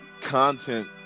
content